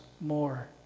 more